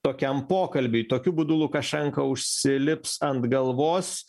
tokiam pokalbiui tokiu būdu lukašenka užsilips ant galvos